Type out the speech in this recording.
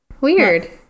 Weird